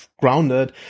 grounded